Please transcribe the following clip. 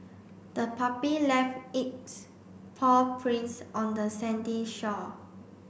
the puppy left its paw prints on the sandy shore